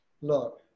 Look